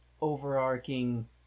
overarching